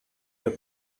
your